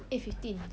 eight fifteen